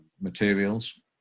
materials